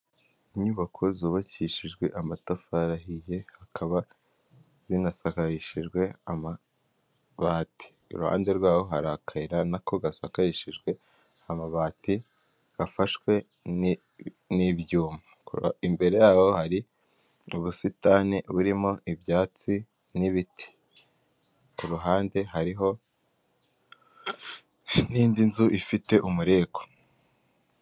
Inyubako zubakishijwe amatafari ahiye, zikaba zinasakarishijwe amabati. Iruhande rwaho hari akayira nako gasakarishijwe amabati afashwe n'ibyuma. Imbere yaho hari ubusitani burimo ibyatsi n'ibiti. Kuruhande hariho n'indi nzu ifite umureko.